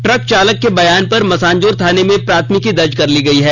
truck चालक के बयान पर मसानजोर थाने में प्राथमिकी दर्ज कर ली गयी है